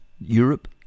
Europe